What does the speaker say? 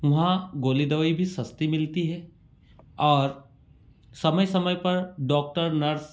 वहाँ गोली दवाई भी सस्ती मिलती है और समय समय पर डॉक्टर नर्स